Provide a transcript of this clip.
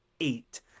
eight